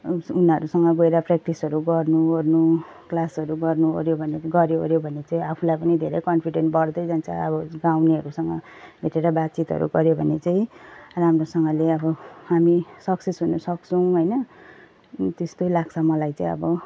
उनीहरूसँग गएर प्य्राक्टिसहरू गर्नु ओर्नु क्लासहरू गर्नु ओर्यो भने गर्यो ओर्यो भने त्यो आफूलाई पनि धेरै कन्फिडेन्ट बढ्दै जान्छ अब गाउनेहरूसँग भेटेर बातचितहरू गर्यो भने चाहिँ राम्रोसँगले अब हामी सक्सेस हुन सक्छौँ होइन त्यस्तै लाग्छ मलाई चाहिँ अब